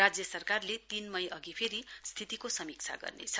राज्य सरकारले तीन मई अघि फेरि स्थितिको समीक्षा गर्नेछ